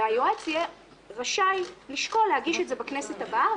והיועץ יהיה רשאי לשקול להגיש את זה בכנסת הבאה,